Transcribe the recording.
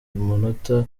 munota